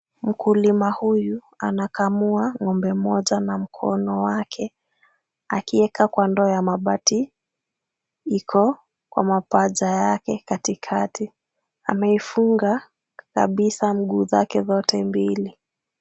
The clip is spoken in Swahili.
Mkulima huyu anakamua ng'ombe mmoja na mkono wake akieka kwa ndoo ya mabati, iko kwa mapaja yake katikati. Ameifunga kabisa miguu zake zote mbili.